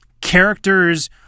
characters